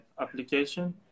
application